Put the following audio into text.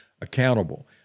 accountable